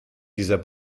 dieser